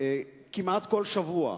פניות כמעט כל שבוע,